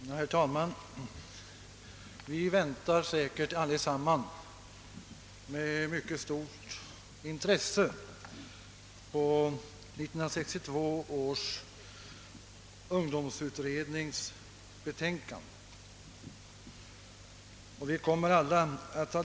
Herr talman! Vi väntar säkert alla med mycket stora förväntningar på 1962 års ungdomsutrednings betänkande.